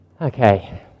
Okay